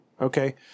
okay